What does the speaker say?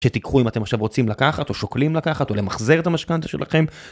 שתיקחו אם אתם עכשיו רוצים לקחת או שוקלים לקחת או למחזר את המשכנתא שלכם.